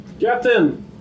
Captain